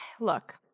look